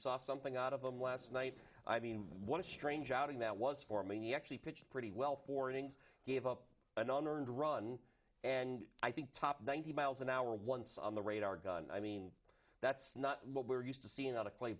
saw something out of them last night i mean one strange outing that was for me actually pitched pretty well for innings gave up an unearned run and i think top ninety miles an hour once on the radar gun i mean that's not what we're used to seeing